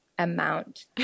amount